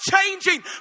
changing